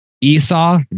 Esau